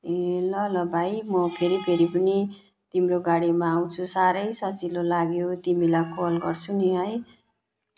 ए ल ल भाइ म फेरि फेरि पनि तिम्रो गाडीमा आउँछु साह्रै सजिलो लाग्यो तिमीलाई कल गर्छु नि है